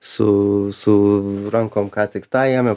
su su rankom ką tik tą ėmėm